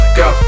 go